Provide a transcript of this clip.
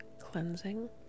cleansing